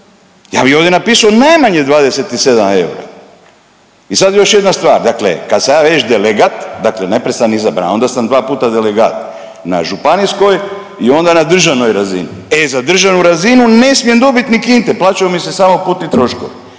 Ja bih ovdje napisao najmanje 27 eura. I sad još jedna stvar, dakle kad sam ja već delegat, dakle .../Govornik se ne razumije./... izabran, onda sam dva puta delegat na županijskoj i onda na državnoj razini, e za državnu razinu ne smijem dobit ni kinte, plaćaju mi se samo putni troškovi.